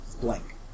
blank